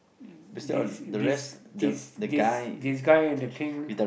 this this this this this guy the thing